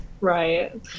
right